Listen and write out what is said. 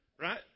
Right